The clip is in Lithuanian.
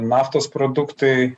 naftos produktai